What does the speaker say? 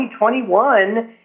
2021